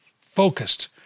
focused